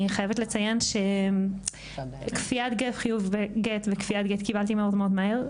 אני חייבת לציין שכפיית גט וחיוב גט קיבלתי מאוד מהר,